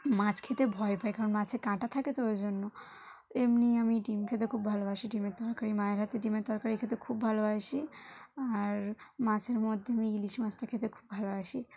মাছ খেতে ভয় পাই কারণ মাছে কাঁটা থাকে তো ওই জন্য এমনি আমি ডিম খেতে খুব ভালোবাসি ডিমের তরকারি মায়ের হাতের ডিমের তরকারি খেতে খুব ভালোবাসি আর মাছের মধ্যে আমি ইলিশ মাছটা খেতে খুব ভালোবাসি